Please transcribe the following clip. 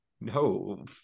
no